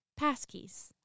Passkeys